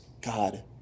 God